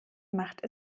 macht